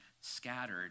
scattered